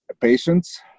patients